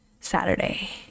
Saturday